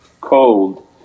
cold